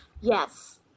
Yes